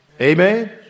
Amen